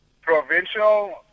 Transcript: provincial